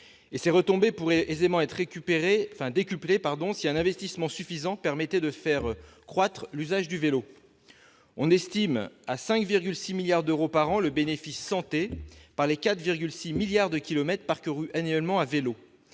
et qui pourraient aisément être décuplées si un investissement suffisant permettait de faire croître l'usage de ce mode de transport. On estime à 5,6 milliards d'euros par an le bénéfice en matière de santé des 4,6 milliards de kilomètres parcourus annuellement à vélo.